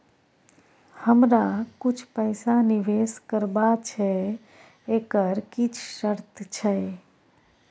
हमरा कुछ पैसा निवेश करबा छै एकर किछ शर्त छै?